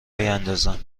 بیاندازم